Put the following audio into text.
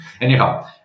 anyhow